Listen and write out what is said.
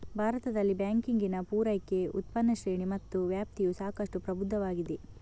ಭಾರತದಲ್ಲಿ ಬ್ಯಾಂಕಿಂಗಿನ ಪೂರೈಕೆ, ಉತ್ಪನ್ನ ಶ್ರೇಣಿ ಮತ್ತು ವ್ಯಾಪ್ತಿಯು ಸಾಕಷ್ಟು ಪ್ರಬುದ್ಧವಾಗಿದೆ